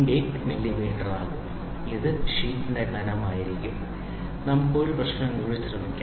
80 മില്ലിമീറ്ററാകും ഇത് ഷീറ്റിന്റെ കനം ആയിരിക്കും നമുക്ക് ഒരു പ്രശ്നം കൂടി ശ്രമിക്കാം